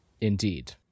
Indeed